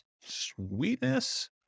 Sweetness